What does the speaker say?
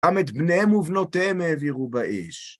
גם את בניהם ובנותיהם העבירו באש.